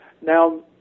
Now